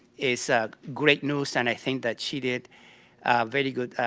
it's great news and i think that she did very good